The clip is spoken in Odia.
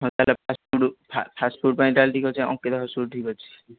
ହଉ ତା'ହେଲେ ଫାଷ୍ଟ୍ ଫୁଡ୍ ଫାଷ୍ଟ୍ ଫୁଡ୍ ପାଇଁ ତା'ହେଲେ ଠିକ୍ ଅଛି ଅଙ୍କିତା ଫାଷ୍ଟ୍ ଫୁଡ୍ ଠିକ୍ ଅଛି